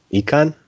ikan